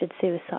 suicide